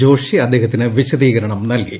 ജോഷി അദ്ദേഹത്തിന് വിശദീകരണം നൽകി